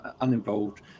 uninvolved